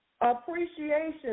Appreciation